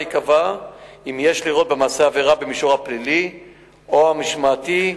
ייקבע אם יש לראות במעשה עבירה במישור הפלילי או המשמעתי,